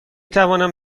توانم